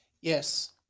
Yes